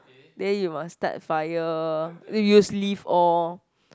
then you must start fire use leaf all